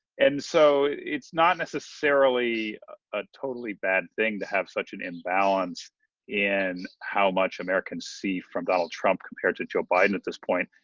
and so it's not necessarily a totally bad thing to have such an imbalance in how much americans see from donald trump compared to joe biden at this point,